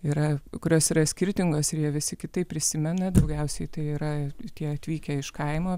yra kurios yra skirtingos ir jie visi kitaip prisimena daugiausiai tai yra tie atvykę iš kaimo